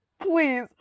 please